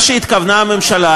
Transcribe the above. מה שהתכוונה הממשלה,